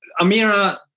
Amira